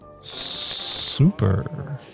Super